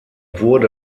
wurde